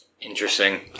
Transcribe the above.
Interesting